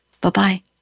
Bye-bye